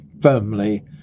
firmly